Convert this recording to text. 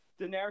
Daenerys